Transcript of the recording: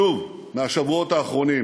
שוב, מהשבועות האחרונים.